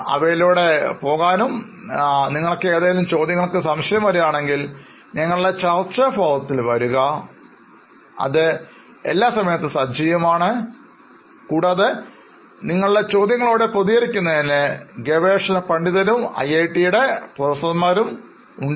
അവയിലൂടെ പോകാനും നിങ്ങൾക്ക് ഏതെങ്കിലും ചോദ്യങ്ങൾക്ക് സംശയം വരുകയാണെങ്കിൽ ഞങ്ങളുടെ ചർച്ച ഫോറത്തിൽ വരുക അത് എല്ലായിപ്പോഴും സജീവമാണ് കൂടാതെ നിങ്ങളുടെ ചോദ്യങ്ങളോട് പ്രതികരിക്കുന്നതിന് ഗവേഷണ പണ്ഡിതരും ഐഐടിയുടെ പ്രൊഫസർമാരും അതിൽ പങ്കെടുക്കുന്നു